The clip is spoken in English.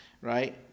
right